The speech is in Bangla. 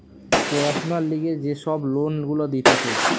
পড়াশোনার লিগে যে সব লোন গুলা দিতেছে